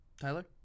Tyler